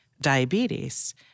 diabetes